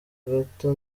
gato